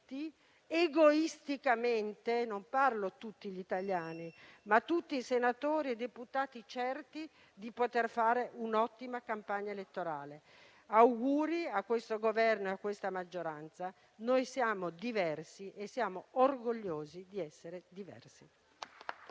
egoisticamente - non parlo di tutti gli italiani, ma di tutti i senatori e i deputati - certi di poter fare un'ottima campagna elettorale. Auguri a questo Governo e a questa maggioranza. Noi siamo diversi e ne siamo orgogliosi.